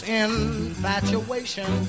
infatuation